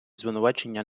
звинувачення